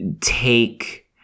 take